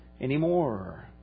anymore